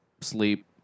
sleep